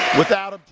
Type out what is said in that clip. without it,